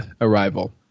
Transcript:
Arrival